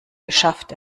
geschafft